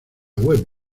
web